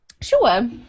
sure